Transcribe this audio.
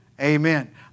Amen